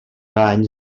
anys